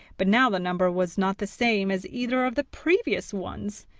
but now the number was not the same as either of the previous ones!